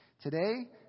Today